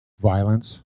violence